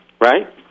right